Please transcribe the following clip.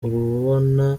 urabona